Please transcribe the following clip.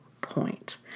point